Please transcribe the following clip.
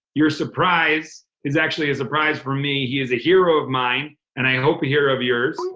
your surprise is actually a surprise for me. he is a hero of mine and i hope a hero of yours.